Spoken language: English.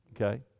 okay